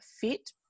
fit